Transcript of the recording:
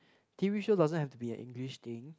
t_v show doesn't have to be an English thing